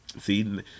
See